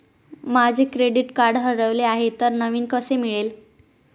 माझे credit card हरवले आहे तर नवीन कसे मिळेल?